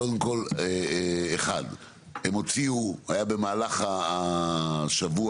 קודם כל, אחד, הם הוציאו, היה במהלך השבוע